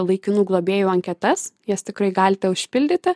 laikinų globėjų anketas jas tikrai galite užpildyti